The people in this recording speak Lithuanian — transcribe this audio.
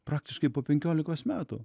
praktiškai po penkiolikos metų